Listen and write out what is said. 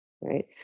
right